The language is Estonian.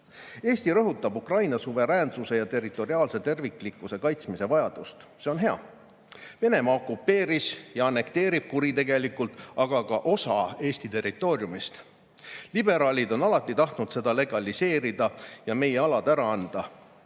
üles. Eesti rõhutab Ukraina suveräänsuse ja territoriaalse terviklikkuse kaitsmise vajadust – see on hea. Venemaa okupeeris ja annekteerib kuritegelikult aga ka osa Eesti territooriumist. Liberaalid on alati tahtnud seda legaliseerida ja meie alad ära anda.